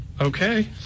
Okay